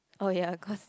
oh ya cause